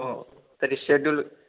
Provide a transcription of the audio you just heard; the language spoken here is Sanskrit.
ओ तर्हि शेड्युल्